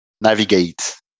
navigate